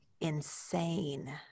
insane